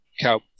cow